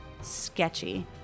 Sketchy